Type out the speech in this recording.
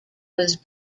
was